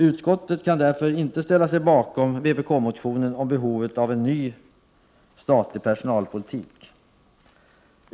Utskottet kan därför inte ställa sig bakom vpk-motionen om en ny statlig personalpolitik.